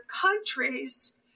countries